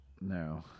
no